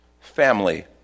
Family